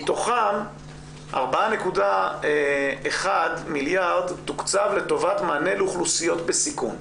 מתוכם 4.1 מיליארד תוקצב לטובת מענה לאוכלוסיות בסיכון.